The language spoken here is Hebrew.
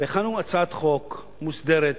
הכנו הצעת חוק מסודרת,